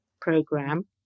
Program